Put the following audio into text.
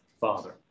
Father